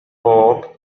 بوب